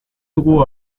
dugu